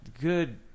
good